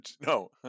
No